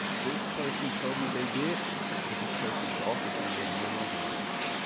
this person told me they did, but this person but also told me they are no longer like that.